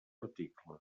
article